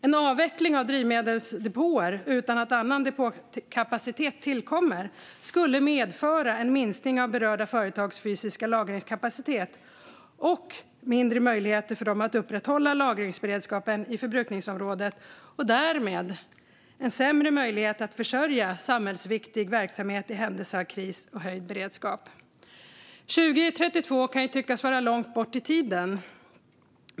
En avveckling av drivmedelsdepåer utan att annan depåkapacitet tillkommer skulle medföra en minskning av berörda företags fysiska lagringskapacitet och mindre möjligheter för dem att upprätthålla lagringsberedskapen i förbrukningsområdet, och därmed en sämre möjlighet att försörja samhällsviktig verksamhet i händelse av kris eller höjd beredskap. År 2032 kan ju tyckas vara långt bort i tiden.